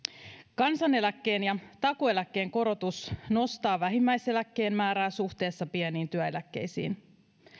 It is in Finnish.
kansaneläkkeen ja takuueläkkeen korotus nostaa vähimmäiseläkkeen määrää suhteessa pieniin työeläkkeisiin